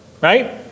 right